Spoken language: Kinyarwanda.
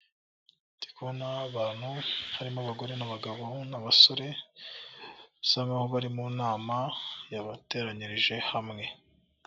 Ndikubona abantu harimo abagore n'abagabo n'abasore, basa nk'aho bari mu nama yabateranyirije hamwe.